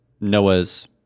Noah's